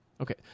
Okay